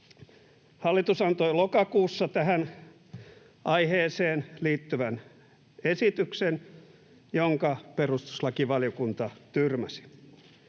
Hallitus antoi lokakuussa tähän aiheeseen liittyvän esityksen, jonka perustuslakivaliokunta tyrmäsi.